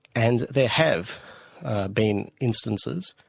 and there have been instances,